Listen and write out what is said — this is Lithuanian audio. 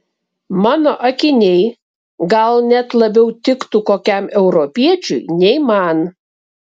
mano akiniai gal net labiau tiktų kokiam europiečiui nei man